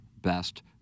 best